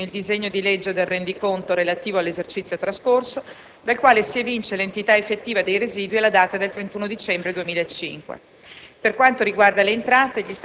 si connette funzionalmente con il disegno di legge del rendiconto relativo all'esercizio trascorso, dal quale si evince l'entità effettiva dei residui alla data del 31 dicembre 2005.